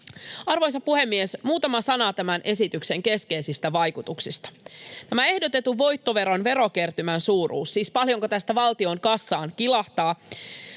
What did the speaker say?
Arvoisa puhemies! Muutama sana tämän esityksen keskeisistä vaikutuksista: Tämän ehdotetun voittoveron verokertymän suuruus, siis se, paljonko tästä valtion kassaan kilahtaa,